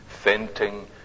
fainting